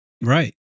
Right